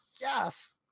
yes